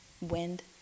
wind